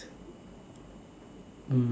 mm